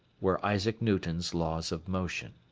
were isaac newton's laws of motion.